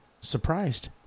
surprised